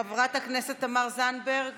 חברת הכנסת תמר זנדברג,